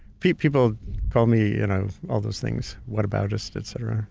people call me you know all those things. what-aboutist, et cetera.